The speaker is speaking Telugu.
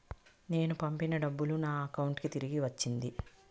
నేను పంపిన డబ్బులు నా అకౌంటు కి తిరిగి వచ్చింది